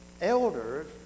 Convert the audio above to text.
elders